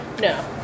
No